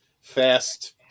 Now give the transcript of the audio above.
fast